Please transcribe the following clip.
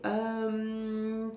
um